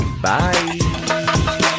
Bye